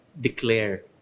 declare